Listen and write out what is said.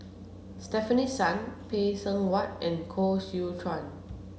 Stefanie Sun Phay Seng Whatt and Koh Seow Chuan